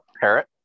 Parrot